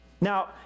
Now